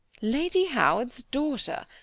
lady howard's daughter!